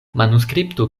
manuskripto